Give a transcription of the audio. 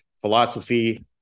philosophy